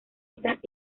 estas